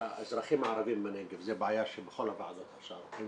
האזרחים הערבים בנגב זה בעיה שבכל הוועדות --- הם